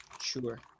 Sure